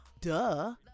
duh